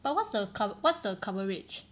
but what's the what's the coverage